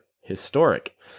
historic